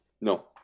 No